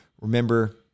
Remember